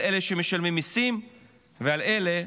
על אלה שמשלמים מיסים ועל אלה